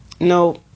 no